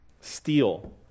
steal